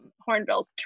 hornbills